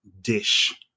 dish